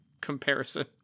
comparison